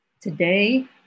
Today